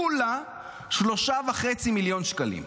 כולה 3.5 מיליון שקלים.